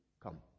Come